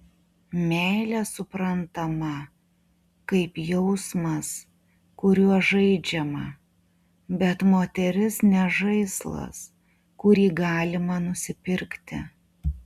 meilė suprantama kaip jausmas kuriuo žaidžiama bet moteris ne žaislas kurį galima nusipirkti